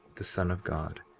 the son of god,